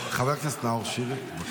חבר הכנסת נאור שירי.